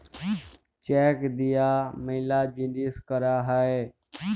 check দিয়া ম্যালা জিলিস ক্যরা হ্যয়ে